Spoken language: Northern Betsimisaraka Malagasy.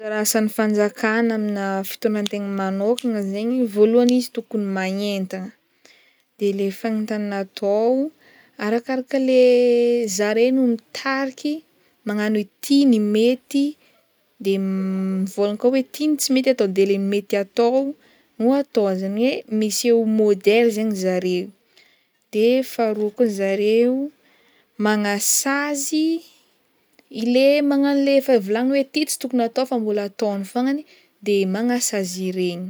Anjara asan'ny fanjakagna aminà fitondran-tegna manokagna zegny vôlohany izy tokony magnentagna de le fanentanana atao arakaraka le zare no mitariky magnano hoe ty no mety de mivôlagna koa hoe ty no tsy mety atao de le mety atao no atao zany hoe miseho ho modèle zegny zare de faharoa koa zareo magnasazy le magna le efa volagny hoe ty tsy tokony atao fa mbola ataony fognany de magnasazy iregny.